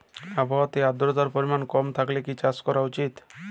আবহাওয়াতে আদ্রতার পরিমাণ কম থাকলে কি চাষ করা উচিৎ?